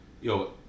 yo